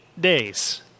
days